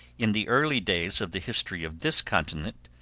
in the early days of the history of this continent,